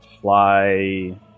fly